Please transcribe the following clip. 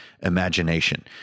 imagination